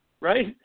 Right